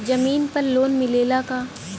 जमीन पर लोन मिलेला का?